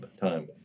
time